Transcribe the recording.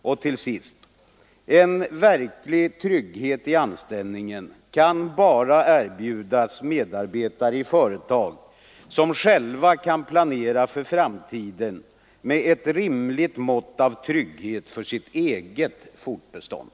Och till sist: En verklig trygghet i anställningen kan bara erbjudas medarbetare i företag som själva kan planera för framtiden med ett rimligt mått av trygghet för sitt eget fortbestånd.